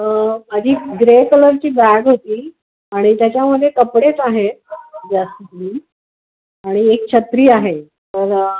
माझी ग्रे कलरची बॅग होती आणि त्याच्यामध्ये कपडेच आहेत जास्त करून आणि एक छत्री आहे तर